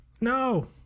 no